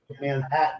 Manhattan